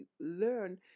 learn